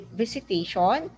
visitation